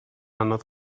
anodd